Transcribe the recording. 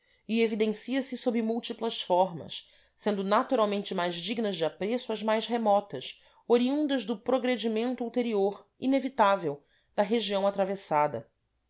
evidencia se sob múltiplas formas sendo naturalmente mais dignas de apreço as mais remotas oriundas do progredimento ulterior inevitável da região atravessada